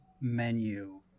menu